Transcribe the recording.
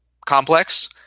complex